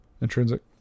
Intrinsic